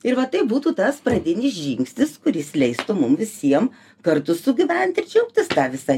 ir va tai būtų tas pradinis žingsnis kuris leistų mum visiem kartu sugyvent ir džiaugtis ta visa